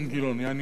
אדוני היושב-ראש,